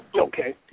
Okay